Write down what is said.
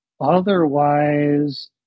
otherwise